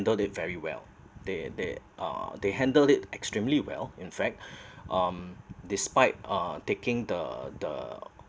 it very well they they uh they handled it extremely well in fact um despite uh taking the the